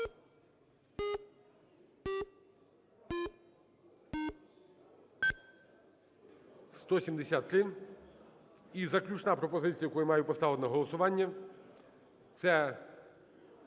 За-173 І заключна пропозиція, яку я маю поставити на голосування, це